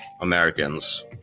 Americans